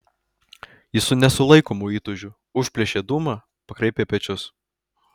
jis su nesulaikomu įtūžiu užplėšė dūmą pakraipė pečius